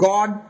God